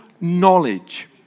knowledge